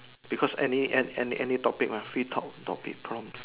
because any any any topic mah free talk topic prompt